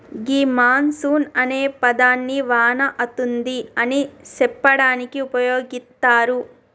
గీ monsoon అనే పదాన్ని వాన అతుంది అని సెప్పడానికి ఉపయోగిత్తారు